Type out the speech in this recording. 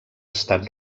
estat